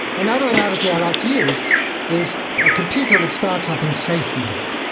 another analogy i like to use is a computer that starts up in safe mode.